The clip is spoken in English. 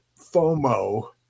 FOMO